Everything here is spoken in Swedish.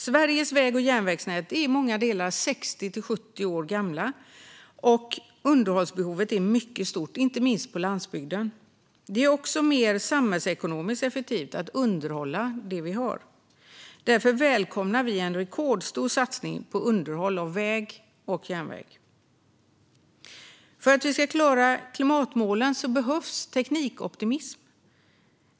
Sveriges väg och järnvägsnät är i många delar 60-70 år gammalt, och underhållsbehovet är mycket stort, inte minst på landsbygden. Det är också mer samhällsekonomiskt effektivt att underhålla det vi har. Därför välkomnar vi en rekordstor satsning på underhåll av väg och järnväg. För att vi ska klara klimatmålen behövs teknikoptimism.